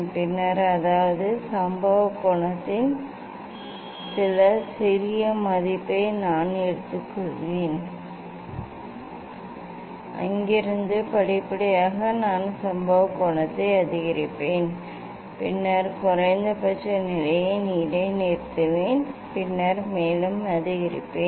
பின்னர் அதாவது சம்பவ கோணத்தின் சில சிறிய மதிப்பை நான் எடுத்துக்கொள்வேன் அங்கிருந்து படிப்படியாக நான் சம்பவ கோணத்தை அதிகரிப்பேன் பின்னர் குறைந்தபட்ச நிலையை இடைநிறுத்துவேன் பின்னர் மேலும் அதிகரிப்பேன்